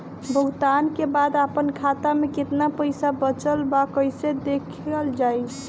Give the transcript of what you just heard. भुगतान के बाद आपन खाता में केतना पैसा बचल ब कइसे देखल जाइ?